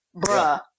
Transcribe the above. bruh